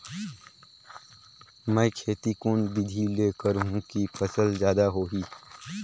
मै खेती कोन बिधी ल करहु कि फसल जादा होही